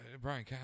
Brian